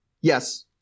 Yes